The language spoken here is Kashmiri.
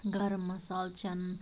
گرٕم مصالہٕ چھِ انان